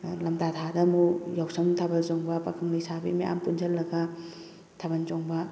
ꯊꯥꯗ ꯃꯨꯛ ꯌꯥꯎꯁꯪ ꯊꯥꯕꯜ ꯆꯣꯡꯕ ꯄꯥꯈꯪ ꯂꯩꯁꯥꯕꯤ ꯃꯌꯥꯝ ꯄꯨꯟꯁꯜꯂꯒ ꯊꯥꯕꯜ ꯆꯣꯡꯕ